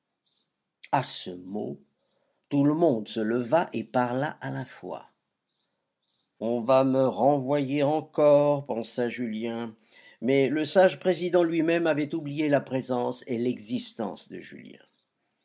a ce mot tout le monde se leva et parla à la fois on va me renvoyer encore pensa julien mais le sage président lui-même avait oublié la présence et l'existence de julien